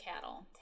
cattle